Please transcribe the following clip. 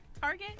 Target